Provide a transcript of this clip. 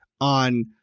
on